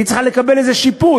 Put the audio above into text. היא צריכה לקבל איזה שיפוי.